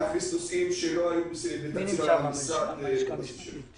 להכניס נושאים שלא היו בתקציב המשרד בבסיס שלו.